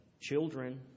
children